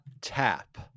tap